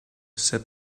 said